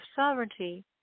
sovereignty